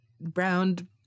browned